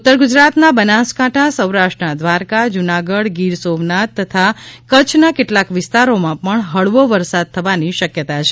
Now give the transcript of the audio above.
ઉત્તર ગુજરાતના બનાસકાંઠા સૌરાષ્ટ્રના દ્વારકા જૂનાગઢ ગીર સોમનાથ તથા કચ્છના કેટલાક વિસ્તારોમાં પણ ફળવો વરસાદ થવાની શકયતા છે